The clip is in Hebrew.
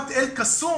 סוגיות מוכרות